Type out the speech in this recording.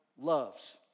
loves